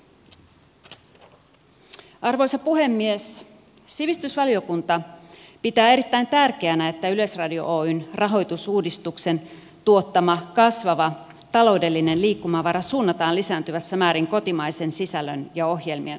sivistysvaliokunta pitää erittäin tärkeänä että yleisradio oyn rahoitusuudistuksen tuottama kasvava taloudellinen liikkumavara suunnataan lisääntyvässä määrin kotimaisen sisällön ja ohjelmien hankkimiseen